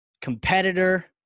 competitor